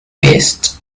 beasts